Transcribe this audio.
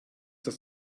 das